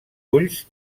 ulls